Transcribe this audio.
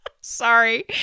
sorry